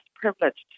privileged